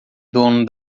dono